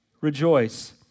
rejoice